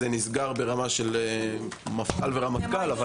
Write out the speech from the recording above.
זה נסגר ברמה של מפכ"ל ורמטכ"ל.